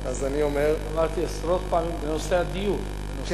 אמרתי עשרות פעמים בנושא הדיור.